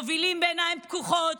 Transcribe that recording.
מובילים בעיניים פקוחות,